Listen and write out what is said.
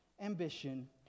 ambition